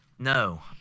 No